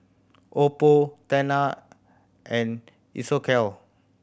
Oppo Tena and Isocal